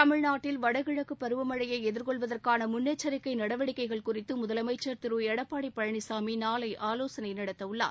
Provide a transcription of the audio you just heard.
தமிழ்நாட்டில் வடகிழக்குப் பருவமழையை எதிர்கொள்வதற்கான முன்னெச்சரிக்கை நடவடிக்கைகள் குறித்து முதலமைச்சர் திரு எடப்பாடி பழனிசாமி நாளை ஆலோசனை நடத்த உள்ளார்